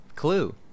Clue